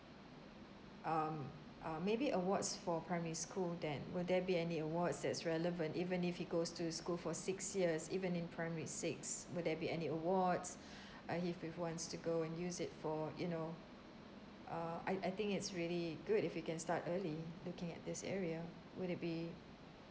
um uh maybe awards for primary school then will there be any awards that's relevant even if he goes to school for six years even in primary six will there be any awards uh if he wants to go and use it for you know uh I I think it's really good if he can start early looking at this area would it be